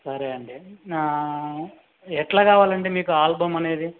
సరే అండి ఎట్లా కావలండి మీకు ఆల్బమ్ అనేది